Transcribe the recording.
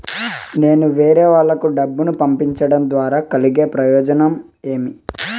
నేను వేరేవాళ్లకు డబ్బులు పంపించడం ద్వారా నాకు కలిగే ప్రయోజనం ఏమి?